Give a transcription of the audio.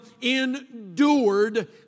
endured